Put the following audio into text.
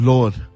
Lord